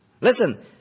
Listen